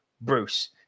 Bruce